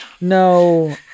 No